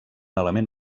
element